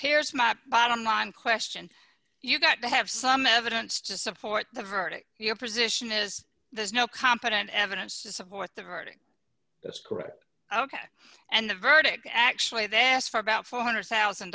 here's my bottom line question you've got to have some evidence to support the verdict your position is there's no competent evidence to support the verdict it's ok and the verdict actually they asked for about four hundred thousand